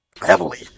heavily